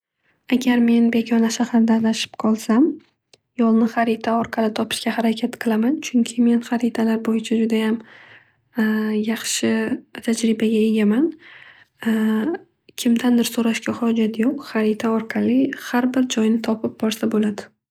Agar men begona shaharda adashib qolsam yo'ni harita orqali topishga harakat qilaman. Chunki men haritalar bo'yicha judayam yaxshi tajribaga egaman. Kimdandir so'rashga hojat yo'q chunki har bir joyni topib borsa bo'ladi.